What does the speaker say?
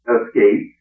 escape